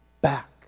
back